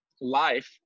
life